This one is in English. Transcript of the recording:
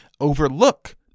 overlook